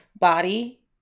body